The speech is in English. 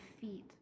feet